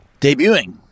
Debuting